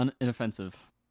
inoffensive